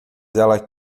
ela